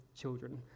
children